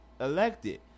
elected